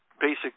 basic